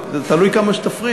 לא, זה תלוי כמה תפריעו.